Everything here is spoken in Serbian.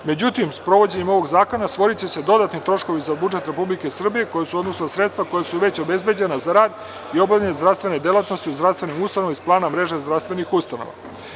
Međutim, sprovođenjem ovog zakona stvoriće se dodatni troškovi za budžet Republike Srbije koji su u odnosu na sredstva koja su već obezbeđena za rad i obavljanje zdravstvene delatnosti u zdravstvenim ustanovama iz plana mreže zdravstvenih ustanova.